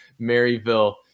Maryville